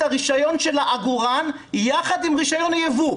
הרישיון של העגורן יחד עם רישיון הייבוא.